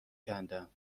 کندم